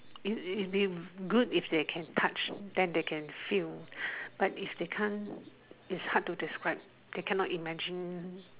is it be good if they can touch then they can feel but if they can't its hard to describe they cannot imagine